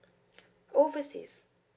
overseas